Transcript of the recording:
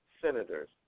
senators